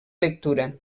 lectura